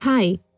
Hi